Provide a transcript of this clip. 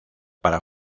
para